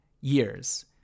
years